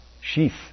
sheath